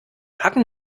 hatten